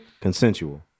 consensual